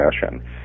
fashion